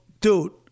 dude